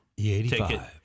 E85